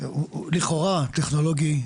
לכאורה טכנולוגי,